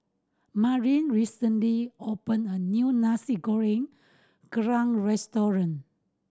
Madilyn recently opened a new Nasi Goreng Kerang restaurant